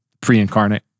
pre-incarnate